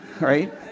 right